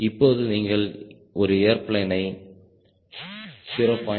இப்போது நீங்கள் ஒரு ஏர்பிளேனை 0